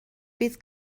bydd